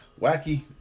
wacky